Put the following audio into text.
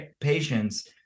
patients